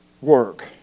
work